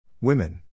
Women